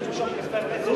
איך אפשר להתפרנס מזה?